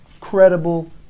Credible